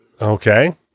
Okay